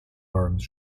arms